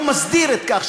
הוא מסדיר את זה כך,